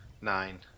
Nine